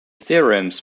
theorems